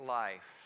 life